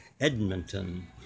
Edmonton